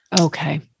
Okay